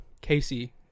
casey